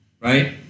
right